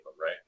right